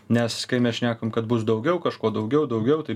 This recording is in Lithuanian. nes kai mes šnekam kad bus daugiau kažko daugiau daugiau tai